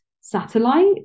satellite